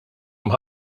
hemm